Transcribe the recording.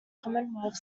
commonwealth